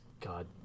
God